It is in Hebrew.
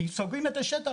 סוגרים את השטח,